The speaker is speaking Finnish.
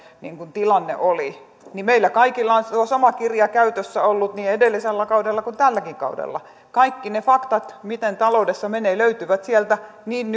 tilanne oli niin meillä kaikilla on tuo sama kirja käytössä ollut niin edellisellä kaudella kuin tälläkin kaudella kaikki ne faktat miten taloudessa menee löytyvät sieltä niin